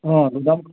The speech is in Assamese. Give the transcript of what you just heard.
অঁ